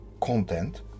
content